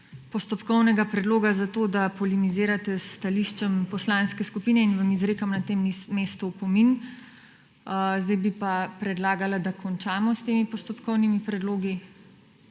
postopkovnega predloga za to, da polemizirate s stališčem poslanske skupine, in vam izrekam na tem mestu opomin. Zdaj bi pa predlagala, da končamo s temi postopkovnimi predlogi